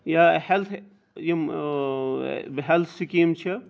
یا ہیٚلتھ یِم ہیٚلتھ سِکیمہٕ چھِ